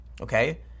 okay